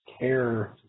care